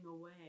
away